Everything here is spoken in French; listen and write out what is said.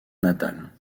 natale